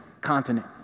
Continent